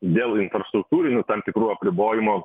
dėl infrastruktūrinių tam tikrų apribojimų